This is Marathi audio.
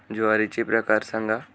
ज्वारीचे प्रकार सांगा